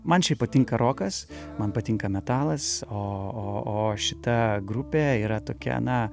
man šiaip patinka rokas man patinka metalas o o o šita grupė yra tokia na